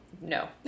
No